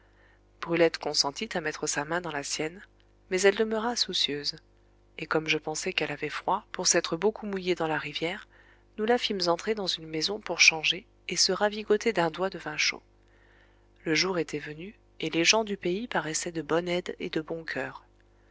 brulette consentit à mettre sa main dans la sienne mais elle demeura soucieuse et comme je pensais qu'elle avait froid pour s'être beaucoup mouillée dans la rivière nous la fîmes entrer dans une maison pour changer et se ravigoter d'un doigt de vin chaud le jour était venu et les gens du pays paraissaient de bonne aide et de bon coeur